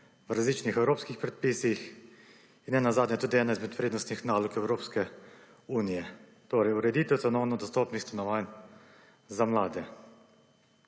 v različnih evropskih predpisih, in nenazadnje tudi ena izmed prednostnih nalog Evropske unije, torej ureditev cenovno dostopnih stanovanj za mlade.